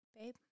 Babe